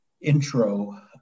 intro